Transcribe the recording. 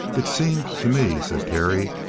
it seemed to me, said terry,